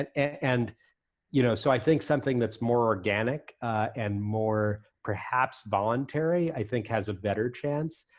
and and you know so i think something that's more organic and more, perhaps, voluntary, i think has a better chance.